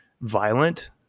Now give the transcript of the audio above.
violent